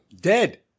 dead